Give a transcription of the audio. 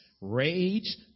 rage